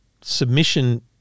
submission